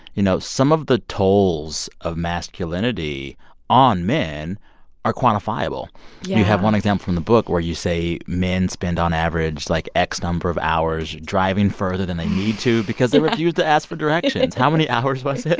you know, some of the tolls of masculinity on men are quantifiable yeah you have one example from the book where you say men spend, on average, like x number of hours driving further than they need to because they refuse to ask for directions yeah how many hours was it?